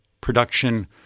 production